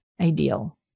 ideal